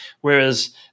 Whereas